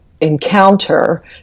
encounter